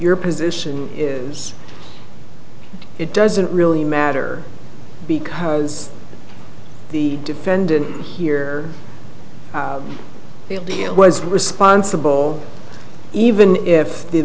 your position is it doesn't really matter because the defendant here was responsible even if the